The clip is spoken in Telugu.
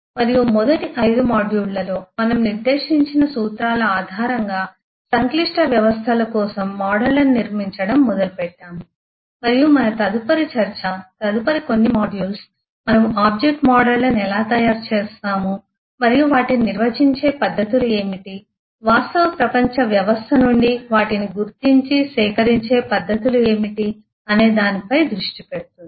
మరియు మొదటి 5 మాడ్యూళ్ళలో మనము నిర్దేశించిన సూత్రాల ఆధారంగా సంక్లిష్ట వ్యవస్థల కోసం మోడళ్లను నిర్మించడం మొదలుపెట్టాము మరియు మన తదుపరి చర్చతదుపరి కొన్ని మాడ్యూల్స్ మనము ఆబ్జెక్ట్ మోడళ్లను ఎలా తయారు చేస్తాము మరియు వాటిని నిర్వచించే పద్ధతులు ఏమిటి మరియు వాస్తవ ప్రపంచ వ్యవస్థ నుండి వాటిని గుర్తించి సేకరించే పద్ధతులు ఏమిటి అనే దానిపై దృష్టి పెడుతుంది